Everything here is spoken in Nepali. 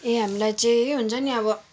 ए हामीलाई चाहिँ हुन्छ नि अब